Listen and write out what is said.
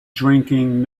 drinking